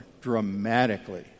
dramatically